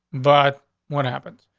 but what happens?